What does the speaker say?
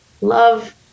love